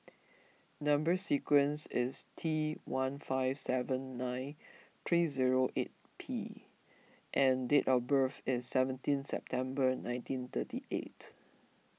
Number Sequence is T one five seven nine three zero eight P and date of birth is seventeen September nineteen thirty eight